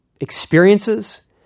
experiences